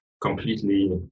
completely